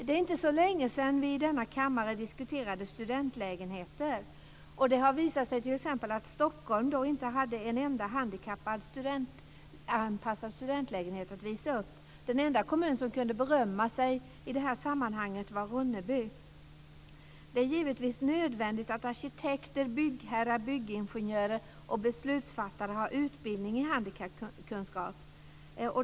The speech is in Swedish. Det är inte så länge sedan som vi i denna kammare diskuterade studentlägenheter. Det har visat sig att t.ex. Stockholm inte har en enda handikappanpassad studentlägenhet att visa upp. Den enda kommun som kunde berömma sig i detta sammanhang var Ronneby. Det är givetvis nödvändigt att arkitekter, byggherrar, byggingenjörer och beslutsfattare har utbildning i handikappkunskap.